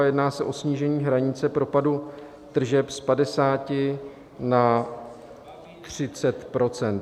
Jedná se o snížení hranice propadu tržeb z 50 na 30 %.